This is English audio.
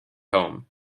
home